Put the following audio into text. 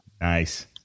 Nice